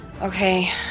okay